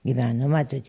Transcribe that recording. gyveno matot